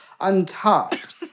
Untouched